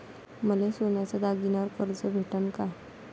मले सोन्याच्या दागिन्यावर कर्ज भेटन का?